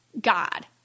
God